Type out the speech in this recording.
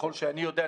ככל שאני יודע,